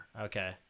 Okay